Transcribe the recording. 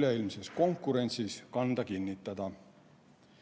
üleilmses konkurentsis kanda kinnitada.